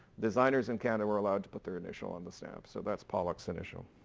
designers in canada were allowed to put their initial on the stamp. so that's pollock's initial.